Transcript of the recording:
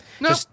No